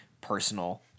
personal